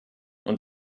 und